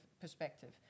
perspective